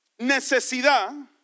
necesidad